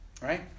right